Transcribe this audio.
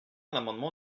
l’amendement